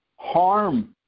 harm